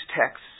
texts